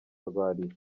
arwariye